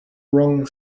wrong